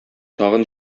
тагын